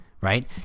right